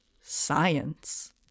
science